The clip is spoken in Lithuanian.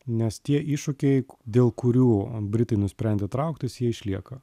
nes tie iššūkiai dėl kurių britai nusprendė trauktis jie išlieka